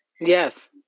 Yes